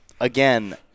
again